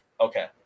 Okay